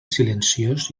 silenciós